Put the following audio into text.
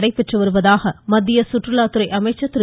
நடைபெற்று வருவதாக மத்திய சுற்றுலாத்துறை அமைச்சர் திரு